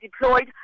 deployed